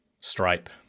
stripe